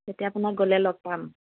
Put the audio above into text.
এতিয়া আপোনাক গ'লে লগ পাম